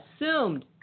assumed